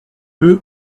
peu